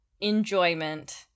enjoyment